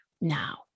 now